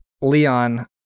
Leon